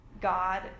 God